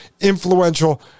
influential